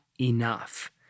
enough